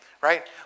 Right